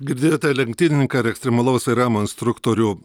girdėjote lenktynininką ir ekstremalaus vairavimo instruktorių